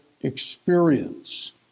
experience